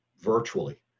virtually